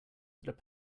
that